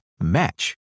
match